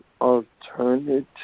alternative